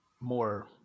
more